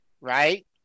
right